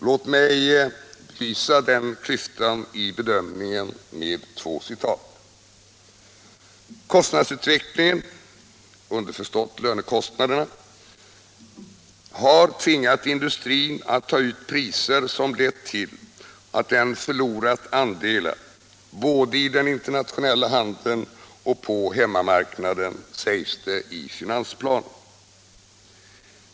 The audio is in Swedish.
Låt mig belysa klyftan i bedömningen med två citat: ”Kostnadsutvecklingen” — underförstått lönekostnaderna — ”har tvingat industrin att ta ut priser, som lett till att den förlorat andelar både i den internationella handeln och på hemmamarknaden.” Detta sägs i finansplanen.